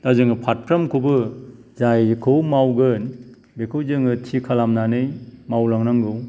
दा जोङो फारफ्रामखौबो जायखौ मावगोन बेखौ जोङो थि खालामनानै मावलांनांगौ